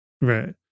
Right